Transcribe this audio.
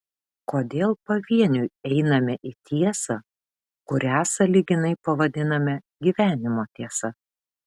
kodėl pavieniui einame į tiesą kurią sąlyginai pavadiname gyvenimo tiesa